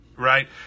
right